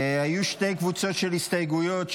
היו שתי קבוצות של הסתייגויות.